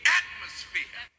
atmosphere